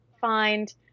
find